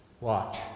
watch